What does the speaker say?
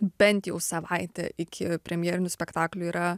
bent jau savaitė iki premjerinių spektaklių yra